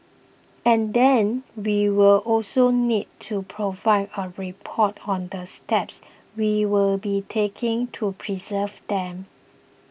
and then we will also need to provide a report on the steps we will be taking to preserve them